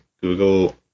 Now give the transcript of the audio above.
Google